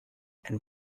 and